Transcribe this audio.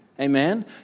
Amen